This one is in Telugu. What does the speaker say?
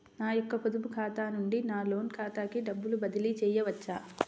నా యొక్క పొదుపు ఖాతా నుండి నా లోన్ ఖాతాకి డబ్బులు బదిలీ చేయవచ్చా?